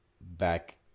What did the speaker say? Back